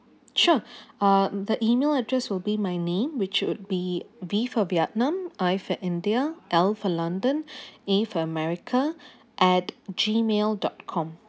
sure uh the email address will be my name which would be V for vietnam I for india L for london A for america at gmail dot com